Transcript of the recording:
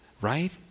right